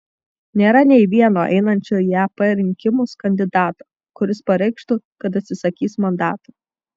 nėra nei vieno einančio į ep rinkimus kandidato kuris pareikštų kad atsisakys mandato